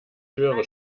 höhere